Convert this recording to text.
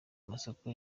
amasoko